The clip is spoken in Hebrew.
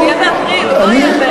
הוא יהיה באפריל, הוא לא יהיה בסוף השנה.